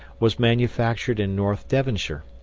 was manufactured in north devonshire.